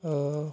ओ